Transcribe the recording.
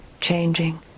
changing